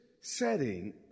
setting